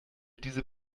diese